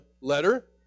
letter